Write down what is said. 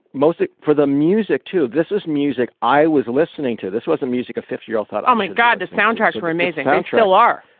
mostly for the music, too. this was music i was listening to. this wasn't music. a fifth year, i thought, oh my god, the soundtracks were amazing. they still are.